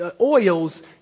oils